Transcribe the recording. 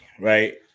right